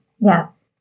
Yes